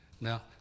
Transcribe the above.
Now